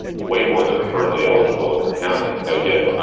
way more than are currently eligible in our county, again,